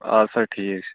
اَدٕسہ ٹھیٖک چھُ